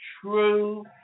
true